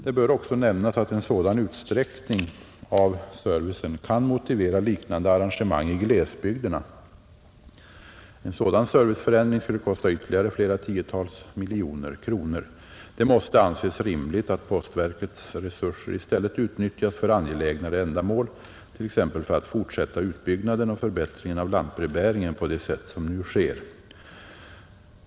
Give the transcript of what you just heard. Det bör också nämnas att en sådan utsträckning av servicen kan motivera liknande arrangemang i glesbygderna. En sådan serviceförändring skulle kosta ytterligare flera tiotals miljoner kronor. Det måste anses rimligt att postverkets resurser i stället utnyttjas för angelägnare ändamål, t.ex. för att fortsätta utbyggnaden och förbättringen av lantbrevbäringen på det sätt som nu sker.